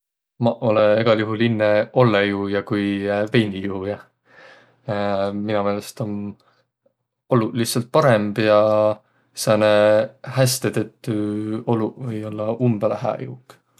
Maq olõ egäl juhul inne ollõjuuja ku veinijuuja. Mino meelest om oluq lihtsält parõmb ja sääne häste tettü oluq või ollaq umbõlõ hää jo.